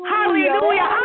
Hallelujah